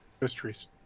mysteries